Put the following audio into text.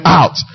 out